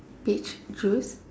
peach juice